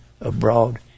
abroad